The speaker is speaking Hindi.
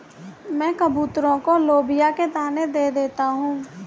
मैं कबूतरों को लोबिया के दाने दे देता हूं